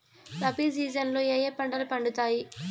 rabi season లో ఏ ఏ పంటలు పండుతాయి